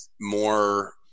more